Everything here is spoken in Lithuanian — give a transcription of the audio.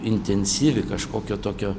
intensyvi kažkokio tokio